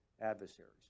adversaries